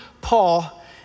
Paul